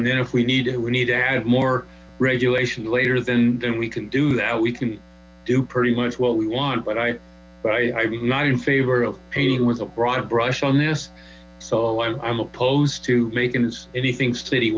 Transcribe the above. minimal then if we need we need to add more regulation later than than we can do that we can do pretty much what we want but i but i am not in favor of painting with a broad brush on this so i'm opposed to making anything city